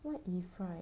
what if right